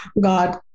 God